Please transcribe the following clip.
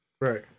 Right